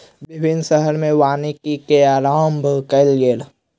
विभिन्न शहर में वानिकी के आरम्भ कयल गेल